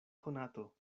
konato